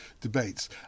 debates